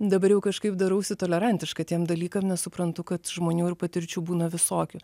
dabar jau kažkaip darausi tolerantiška tiem dalykam nes suprantu kad žmonių ir patirčių būna visokių